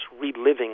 reliving